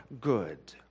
good